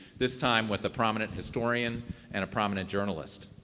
this time with a prominent historian and a prominent journalist.